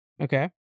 Okay